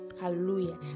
hallelujah